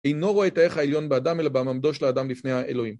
אינו רואה את הערך העליון באדם, אלא במעמדו של האדם לפני האלוהים.